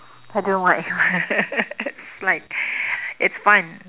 I don't know why it's like it's fun